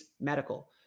Medical